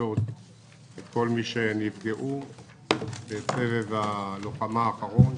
לפצות את כל מי שנפגעו בסבב הלוחמה האחרון